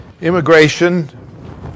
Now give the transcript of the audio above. Immigration